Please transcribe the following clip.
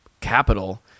capital